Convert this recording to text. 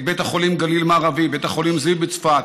את בית החולים גליל מערבי ואת בית החולים זיו בצפת,